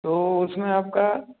तो उसमें आपका